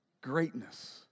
greatness